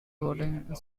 voting